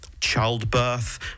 childbirth